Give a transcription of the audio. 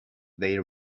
they